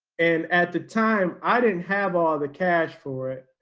and at the time, i didn't have all the cash for it,